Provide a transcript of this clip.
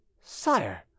Sire